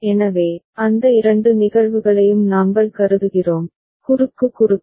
எனவே அந்த இரண்டு நிகழ்வுகளையும் நாங்கள் கருதுகிறோம் குறுக்கு குறுக்கு